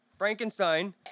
Frankenstein